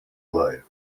life